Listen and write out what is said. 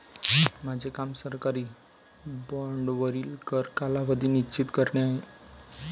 माझे काम सरकारी बाँडवरील कर कालावधी निश्चित करणे आहे